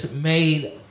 made